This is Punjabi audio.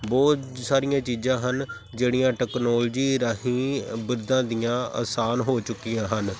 ਬਹੁਤ ਸਾਰੀਆਂ ਚੀਜ਼ਾਂ ਹਨ ਜਿਹੜੀਆਂ ਟੈਕਨੋਲਜੀ ਰਾਹੀਂ ਬਿਰਧਾਂ ਦੀਆਂ ਆਸਾਨ ਹੋ ਚੁੱਕੀਆਂ ਹਨ